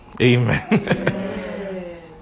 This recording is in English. Amen